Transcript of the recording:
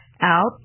out